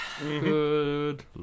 Good